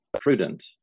prudent